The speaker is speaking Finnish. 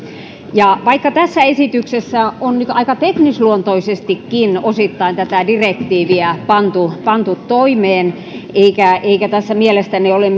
ja vaikka tässä esityksessä on nyt osittain aika teknisluontoisestikin tätä direktiiviä pantu pantu toimeen eikä eikä tässä mielestäni ole